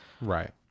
Right